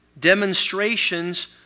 demonstrations